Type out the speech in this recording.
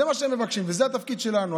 זה מה שהם מבקשים, וזה התפקיד שלנו.